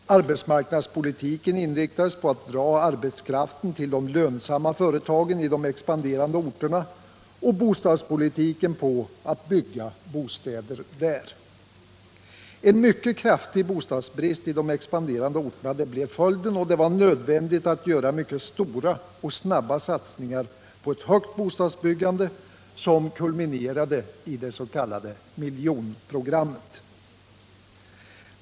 Arbetsmarknadspolitiken inriktades på att dra arbetskraften till de lönsamma företagen i de expansiva orterna och bostadspolitiken inriktades på att bygga bostäder där. En mycket kraftig bostadsbrist i de expansiva orterna blev följden, och det var nödvändigt att göra mycket stora och snabba satsningar på ett högt bostadsbyggande, som kulminerade i det s.k. miljonprogrammet.